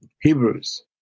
Hebrews